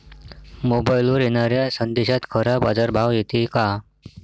मोबाईलवर येनाऱ्या संदेशात खरा बाजारभाव येते का?